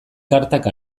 kartak